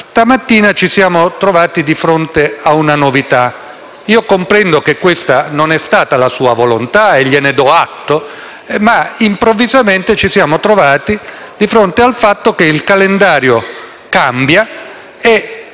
Stamattina ci siamo trovati di fronte a una novità. Comprendo che questa non è stata la sua volontà, e gliene do atto, ma improvvisamente ci siamo trovati di fronte ad un calendario cambiato